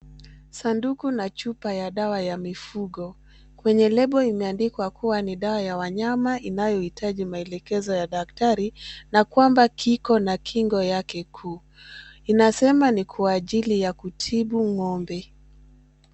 Sanduku la chupa ya dawa ya mifugo. Kwenye lebo imeandikwa kuwa ni dawa ya wanyama inayohitaji maelekezo ya daktari na kwamba kiko na kingo yake kuu. Inasema ni kwa ajili ya kutibu ng'ombe.